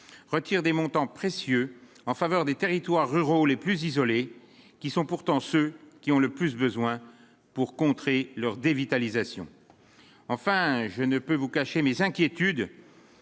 retire des montants précieux en faveur des territoires ruraux les plus isolés qui sont pourtant ceux qui ont le plus besoin pour contrer leur dévitalisation, enfin je ne peux vous cacher mes inquiétudes